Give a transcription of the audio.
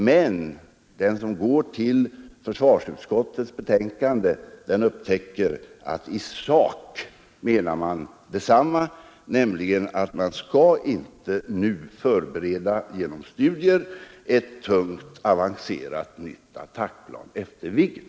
Men den som går till försvarsutskottets betänkande upptäcker att i sak menar man detsamma, nämligen att vi inte nu skall förbereda genom studier ett nytt tungt avancerat attackplan efter Viggen.